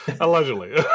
Allegedly